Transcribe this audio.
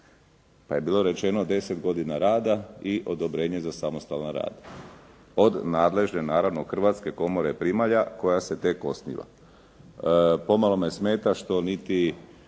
Pa je bilo rečeno deset godina rada i odobrenje za samostalan rad od nadležne naravno Hrvatske komore primalja koja se tek osniva. Pomalo me smeta što niti